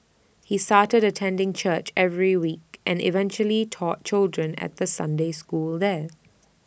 he started attending church every week and eventually taught children at the Sunday school there